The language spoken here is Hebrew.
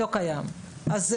זה לא קיים שם.